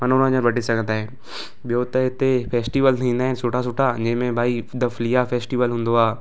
मनोरंजन वठी सघंदा आहिनि ॿियो त हिते फैस्टिवल थींदा आहिनि सुठा सुठा जंहिंमें भई द फ्लिआ फैस्टिवल हूंदो आहे